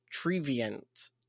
triviant